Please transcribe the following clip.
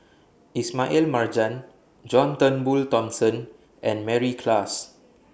Ismail Marjan John Turnbull Thomson and Mary Klass